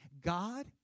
God